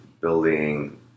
building